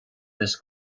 this